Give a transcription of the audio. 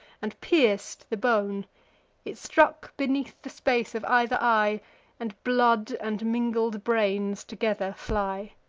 and pierc'd the bone it struck beneath the space of either eye and blood, and mingled brains, together fly.